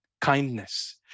kindness